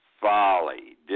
folly